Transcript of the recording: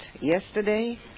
yesterday